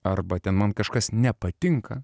arba ten man kažkas nepatinka